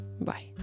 Bye